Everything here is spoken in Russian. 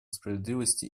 справедливости